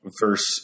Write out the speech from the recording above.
verse